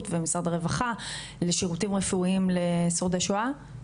ומשרד הרווחה לשירותים רפואיים לשורדי שואה?